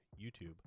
YouTube